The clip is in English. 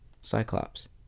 cyclops